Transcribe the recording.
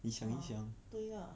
你想一想